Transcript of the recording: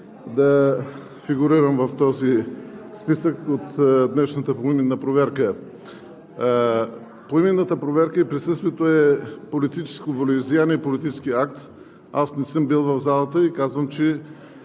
да фигурирам в списъка от днешната поименна проверка. Поименната проверка и присъствието е политическо волеизлияние и политически акт. Не съм бил в залата и казвам, че